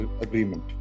Agreement